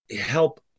help